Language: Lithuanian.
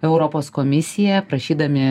europos komisiją prašydami